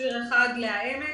מכשיר אחד לבית חולים העמק,